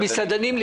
המסעדנים,